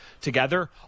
together